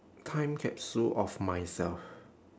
time capsule of myself